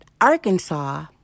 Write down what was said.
Arkansas